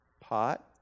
pot